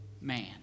man